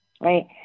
right